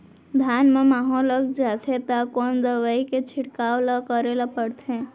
धान म माहो लग जाथे त कोन दवई के छिड़काव ल करे ल पड़थे?